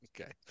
okay